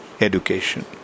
Education